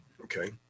Okay